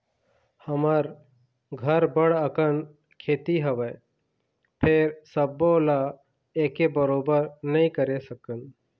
हमर घर बड़ अकन खेती हवय, फेर सबो ल एके बरोबर नइ करे सकन